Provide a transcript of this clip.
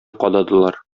кададылар